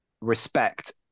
respect